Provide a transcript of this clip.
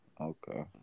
Okay